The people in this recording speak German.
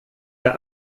der